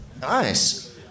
Nice